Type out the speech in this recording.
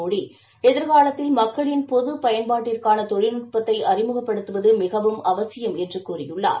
மோடிஎதிர்காலத்தில் மக்களின் போதுபயன்பாட்டிற்கானதொழில்நுட்பத்தைஅறிமுகப்படுத்துவதுமிகவும் அவசியம் என்றார்